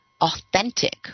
Authentic